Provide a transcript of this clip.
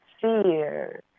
fear